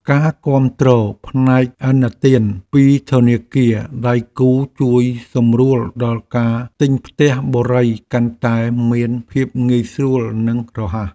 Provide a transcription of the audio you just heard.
ការគាំទ្រផ្នែកឥណទានពីធនាគារដៃគូជួយសម្រួលដល់ការទិញផ្ទះបុរីកាន់តែមានភាពងាយស្រួលនិងរហ័ស។